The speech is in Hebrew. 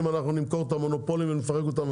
אנחנו נמכור את המונופולים ונפרק אותם,